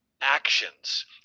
actions